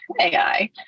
AI